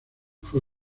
fue